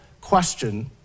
question